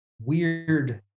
weird